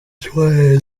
twaraye